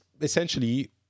essentially